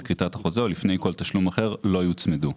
כריתת החוזה או לפני כל תשלום אחר לא יוצמדו.